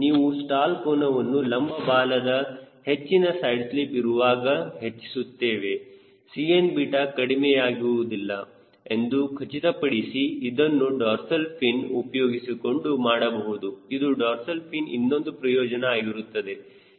ನೀವು ಸ್ಟಾಲ್ ಕೋನವನ್ನು ಲಂಬ ಬಾಲದ ಹೆಚ್ಚಿನ ಸೈಡ್ ಸ್ಲಿಪ್ ಇರುವಾಗ ಹೆಚ್ಚಿಸುತ್ತೇವೆ Cn ಕಡಿಮೆಯಾಗುವುದಿಲ್ಲ ಎಂದು ಖಚಿತಪಡಿಸಿ ಇದನ್ನು ಡಾರ್ಸಲ್ ಫಿನ್ ಉಪಯೋಗಿಸಿಕೊಂಡು ಮಾಡಬಹುದು ಇದು ಡಾರ್ಸಲ್ ಫಿನ್ ಇನ್ನೊಂದು ಪ್ರಯೋಜನ ಆಗಿರುತ್ತದೆ